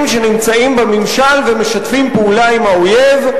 שנמצאים בממשל ומשתפים פעולה עם האויב,